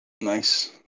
Nice